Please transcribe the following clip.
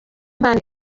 impano